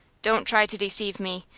don't try to deceive me.